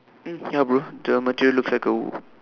mm ya bro the material looks like a